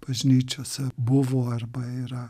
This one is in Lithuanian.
bažnyčiose buvo arba yra